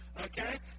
okay